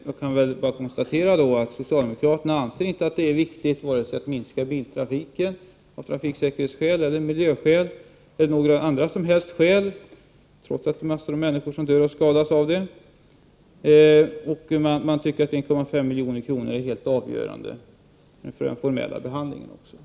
Jag kan bara konstatera att socialdemokraterna inte anser att det är viktigt att minska biltrafiken av vare sig trafiksäkerhetsskäl, miljöskäl eller några som helst andra skäl, trots att det är massor av människor som dör och skadas i trafiken. Man tycker i stället att den formella behandlingen av 1,5 milj.kr. är helt avgörande.